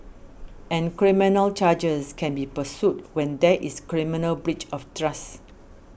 and criminal charges can be pursued when there is criminal breach of trust